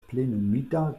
plenumita